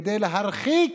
כדי להרחיק